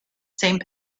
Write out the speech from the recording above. same